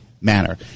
manner